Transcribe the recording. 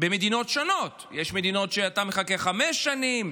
במדינות שונות, יש מדינות שאתה מחכה חמש שנים,